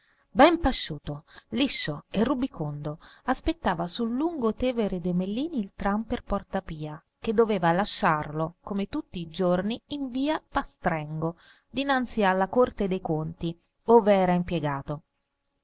ben pasciuto liscio e rubicondo aspettava sul lungo tevere de mellini il tram per porta pia che doveva lasciarlo come tutti i giorni in via pastrengo innanzi alla corte dei conti ove era impiegato